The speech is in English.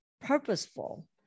purposeful